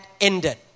ended